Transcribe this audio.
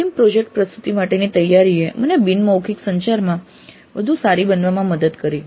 અંતિમ પ્રોજેક્ટ પ્રસ્તુતિ માટેની તૈયારીએ મને બિન મૌખિક સંચારમાં વધુ સારી બનવામાં મદદ કરી